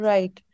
Right